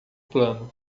plano